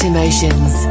Emotions